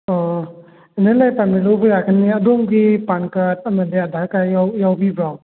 ꯑꯣ inner line permit ꯂꯧꯕ ꯌꯥꯒꯅꯤ ꯑꯗꯣꯝꯒꯤ ꯄꯥꯟ ꯀꯥꯔꯠ ꯑꯃꯗꯤ ꯑꯙꯥꯔ ꯀꯥꯔꯠ ꯌꯥꯎ ꯌꯥꯎꯕꯤꯕ꯭ꯔꯣ